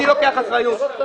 אני לוקח אחריות.